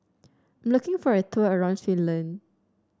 looking for a tour around Finland